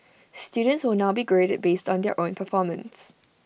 students will now be graded based on their own performance